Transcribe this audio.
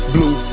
Blue